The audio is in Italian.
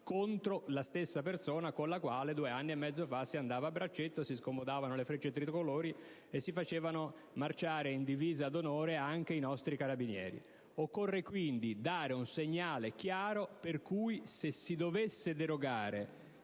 contro la stessa persona con la quale due anni e mezzo fa si andava a braccetto, si scomodavano le Frecce tricolori e si facevano marciare in divisa d'onore anche i nostri Carabinieri. Occorre quindi dare un segnale chiaro nel caso in cui si dovesse derogare